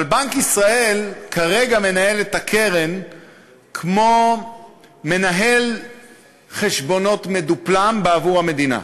אבל בנק ישראל כרגע מנהל את הקרן כמו מנהל חשבונות מדופלם בעבור המדינה,